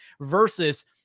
versus